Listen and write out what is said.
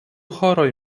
horoj